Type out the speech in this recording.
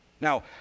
Now